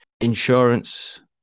insurance